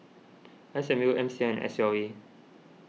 S M U M C I and S L A